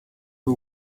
who